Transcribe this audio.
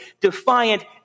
defiant